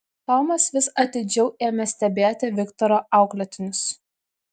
tomas vis atidžiau ėmė stebėti viktoro auklėtinius